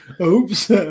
Oops